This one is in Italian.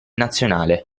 nazionale